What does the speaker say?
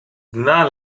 dna